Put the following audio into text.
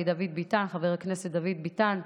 חבר הכנסת דוד ביטן,